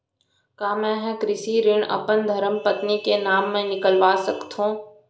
का मैं ह कृषि ऋण अपन धर्मपत्नी के नाम मा निकलवा सकथो?